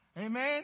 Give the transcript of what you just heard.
Amen